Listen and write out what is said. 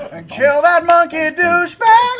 kill that monk-y douchebag